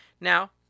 Now